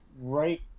right